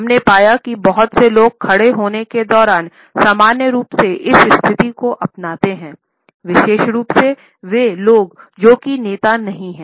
हम ने पाया कि बहुत से लोग खड़े होने के दौरान सामान्य रूप से इस स्थिति को अपनाते हैं विशेष रूप से वे लोग जो की नेता नहीं हैं